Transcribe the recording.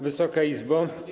Wysoka Izbo!